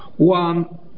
One